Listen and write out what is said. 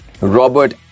Robert